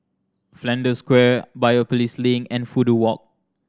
Flanders Square Biopolis Link and Fudu Walk